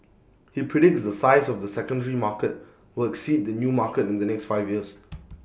he predicts the size of the secondary market will exceed the new market in the next five years